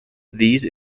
these